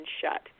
shut